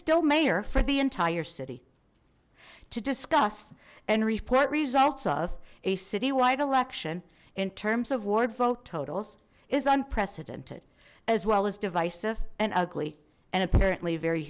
still mayor for the entire city to discuss and report results of a citywide election in terms of ward vote totals is unprecedented as well as divisive and ugly and apparently very